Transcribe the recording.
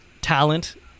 talent